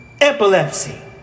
epilepsy